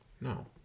No